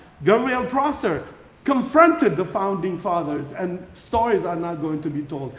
gabriel prosser confronted the founding fathers and stories are not going to be told.